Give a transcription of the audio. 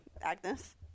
Agnes